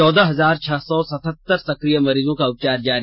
चौदह हजार छह सौ सतहत्तर सकिय मरीजों का उपचार जारी